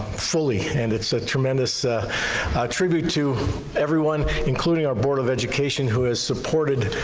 fully and it's a tremendous ah tribute to everyone, including our board of education who has supported